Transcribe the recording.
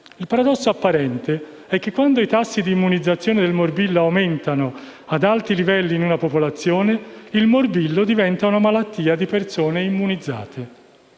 Il paradosso apparente è che quando i tassi di immunizzazione del morbillo aumentano ad alti livelli in una popolazione, il morbillo diventa una malattia di persone immunizzate.